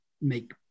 make